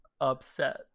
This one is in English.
upset